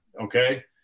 okay